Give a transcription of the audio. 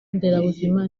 nderabuzima